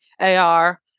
AR